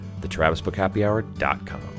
thetravisbookhappyhour.com